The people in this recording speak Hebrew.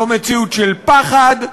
זה מציאות של פחד,